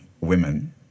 women